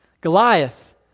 Goliath